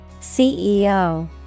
CEO